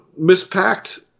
mispacked